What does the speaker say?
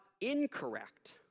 incorrect